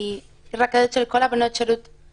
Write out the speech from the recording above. היא רכזת של כל בנות השירות הבודדות.